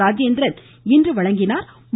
ராஜேந்திரன் இன்று வழங்கினாா்